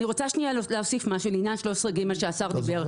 אני רוצה להוסיף משהו לעניין 13ג שהשר דיבר.